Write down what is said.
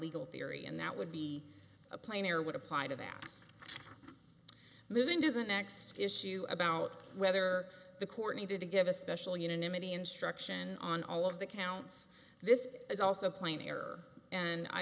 legal theory and that would be a plane or would apply to the ass moving to the next issue about whether the court needed to give a special unanimity instruction on all of the counts this is also plain error and i